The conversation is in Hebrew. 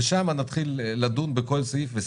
ושמה נתחיל לדון בכל סעיף וסעיף.